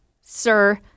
sir